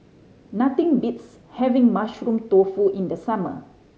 nothing beats having Mushroom Tofu in the summer